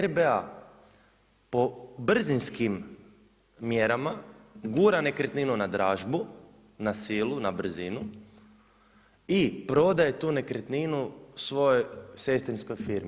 RBA po brzinskim mjerama gura nekretninu na dražbu, na silu, na brzinu i prodaje tu nekretninu svojoj sestrinskoj firmi.